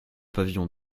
pavillon